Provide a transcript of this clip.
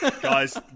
Guys